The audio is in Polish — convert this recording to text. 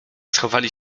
schowali